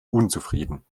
unzufrieden